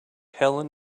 helen